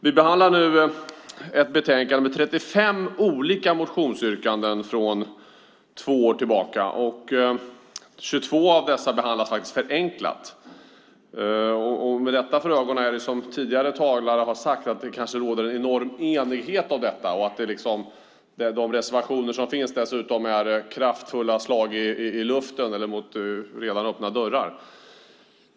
Vi behandlar nu ett betänkande med 35 olika motionsyrkanden från två år tillbaka. 22 av dem behandlas förenklat. Med detta för ögonen råder det, som tidigare talare har sagt, kanske en enorm enighet om detta, och de reservationer som finns är dessutom kraftfulla slag i luften eller mot redan öppna dörrar.